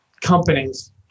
companies